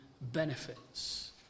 benefits